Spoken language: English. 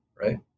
right